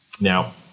Now